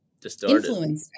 Distorted